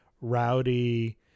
rowdy